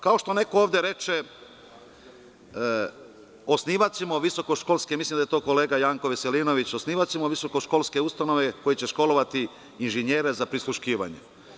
Kao što neko ovde reče, mislim da je to kolega Janko Veselinović, osnivaćemo visokoškolske ustanove koje će školovati inžinjere za prisluškivanje.